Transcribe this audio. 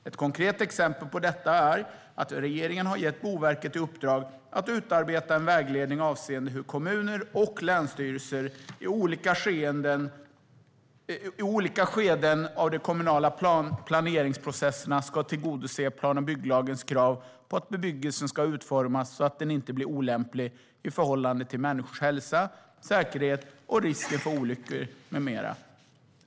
Ett konkret exempel på detta är att regeringen har gett Boverket i uppdrag att utarbeta en vägledning avseende hur kommuner och länsstyrelser i olika skeden av de kommunala planeringsprocesserna ska tillgodose plan och bygglagens krav på att bebyggelsen ska utformas så att den inte blir olämplig i förhållande till människors hälsa, säkerhet, risken för olyckor med mera.